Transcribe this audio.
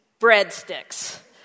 breadsticks